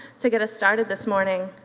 to get us started this morning.